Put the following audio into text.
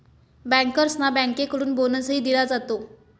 बँकर्सना बँकेकडून बोनसही दिला जातो